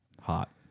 Hot